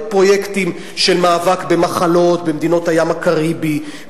בפרויקטים של מאבק במחלות במדינות הים הקריבי,